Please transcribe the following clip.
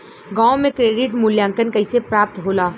गांवों में क्रेडिट मूल्यांकन कैसे प्राप्त होला?